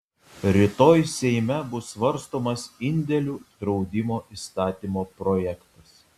rytoj seime bus svarstomas indėlių draudimo įstatymo projektas